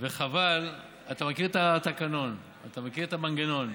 אתה עם ההצגות שלך עכשיו.